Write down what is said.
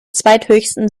zweithöchsten